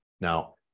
Now